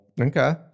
Okay